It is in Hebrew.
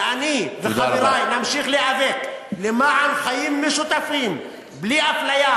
ואני וחברי נמשיך להיאבק למען חיים משותפים בלי אפליה,